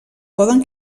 poden